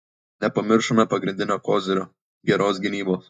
nepamiršome pagrindinio kozirio geros gynybos